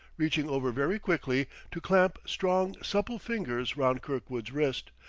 reaching over very quickly, to clamp strong supple fingers round kirkwood's wrist,